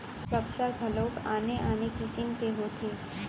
कपसा घलोक आने आने किसिम के होथे